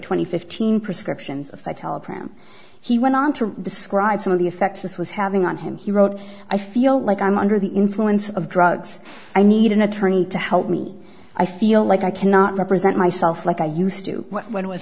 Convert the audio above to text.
twenty fifth teen prescriptions of psych telegram he went on to describe some of the effects this was having on him he wrote i feel like i'm under the influence of drugs i need an attorney to help me i feel like i cannot represent myself like i used to when i was